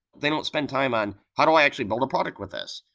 they don't spend time on how do i actually build a product with this?